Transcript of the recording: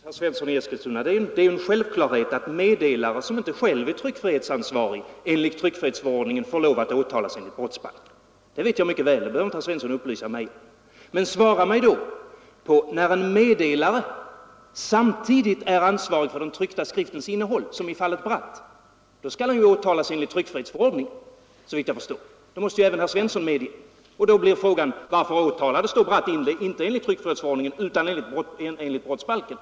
Fru talman! Ja visst är det en självklarhet, herr Svensson i Eskilstuna, att en meddelare som inte själv är tryckfrihetsansvarig enligt tryckfrihetsförordningen får lov att åtalas enligt brottsbalken. Det vet jag mycket väl. Det behöver herr Svensson inte upplysa mig om. Men när en meddelare samtidigt är ansvarig för den tryckta skriftens innehåll — som i fallet Bratt — skall han åtalas enligt tryckfrihetsförordningen. Det måste även herr Svensson i Eskilstuna medge. Då blir frågan: Varför åtalades då Bratt inte enligt tryckfrihetsförordningen utan enligt brottsbalken?